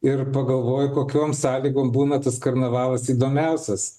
ir pagalvoju kokiom sąlygom būna tas karnavalas įdomiausias